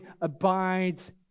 abides